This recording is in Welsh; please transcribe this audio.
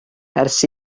ers